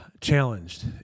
challenged